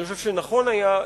אני חושב שנכון היה,